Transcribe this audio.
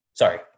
Sorry